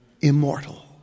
immortal